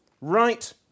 right